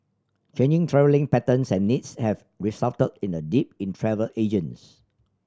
changing travelling patterns and needs have resulted in a dip in travel agents